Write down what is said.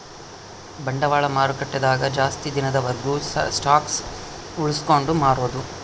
ಬಂಡವಾಳ ಮಾರುಕಟ್ಟೆ ದಾಗ ಜಾಸ್ತಿ ದಿನದ ವರ್ಗು ಸ್ಟಾಕ್ಷ್ ಉಳ್ಸ್ಕೊಂಡ್ ಮಾರೊದು